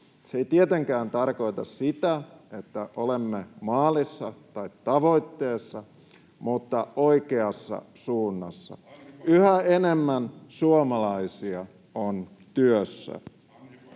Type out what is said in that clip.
Se ei tietenkään tarkoita sitä, että olemme maalissa tai tavoitteessa, mutta olemme oikeassa suunnassa. Yhä enemmän suomalaisia on työssä.